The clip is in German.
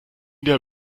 der